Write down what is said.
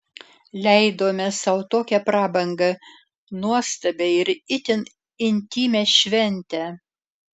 leidome sau tokią prabangą nuostabią ir itin intymią šventę